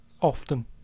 often